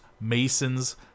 masons